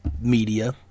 media